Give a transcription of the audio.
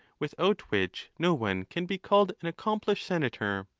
without which no one can be called an accomplished senator.